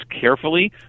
carefully